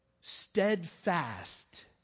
steadfast